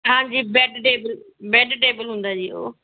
ਹਾਂਜੀ bed table bed table ਹੁੰਦਾ ਹੈ ਜੀ ਉਹ